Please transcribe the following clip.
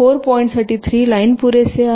4 पॉईंटसाठी 3 लाईन पुरेसे आहेत